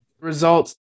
Results